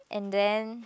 and then